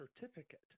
certificate